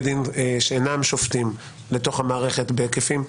דין שאינם שופטים לתוך המערכת בהיקפים,